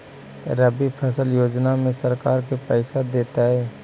रबि फसल योजना में सरकार के पैसा देतै?